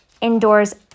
indoors